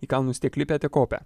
į kalnus tiek lipę tiek kopę